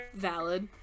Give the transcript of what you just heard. Valid